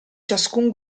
ciascun